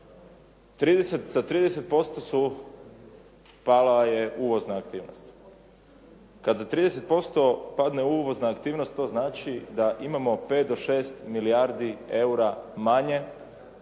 Sa 30% pala je uvozna aktivnost. Kad za 30% padne uvozna aktivnost to znači da imamo 5 do 6 milijardi eura manje